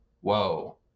whoa